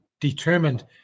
determined